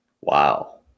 Wow